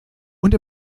und